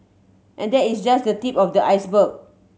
and that is just the tip of the iceberg